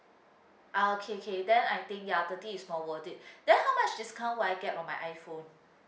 ah K K then I think ya thirty is more worth it then how much discount will I get on my iphone